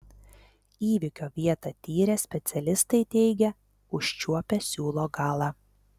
įvykio vietą tyrę specialistai teigia užčiuopę siūlo galą